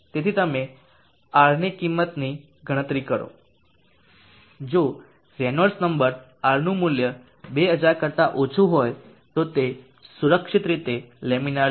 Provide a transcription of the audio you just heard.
તેથી તમે Rની કિંમતની ગણતરી કરો જો રેનોલ્ડ્સ નંબર Rનું મૂલ્ય 2000 કરતા ઓછું હોય તો તે સુરક્ષિત રીતે લેમિનર છે